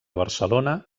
barcelona